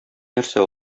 нәрсә